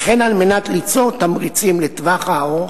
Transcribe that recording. וכן על מנת ליצור תמריצים לטווח הארוך,